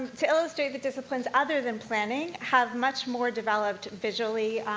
to illustrate the disciplines other than planning have much more developed visually,